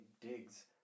digs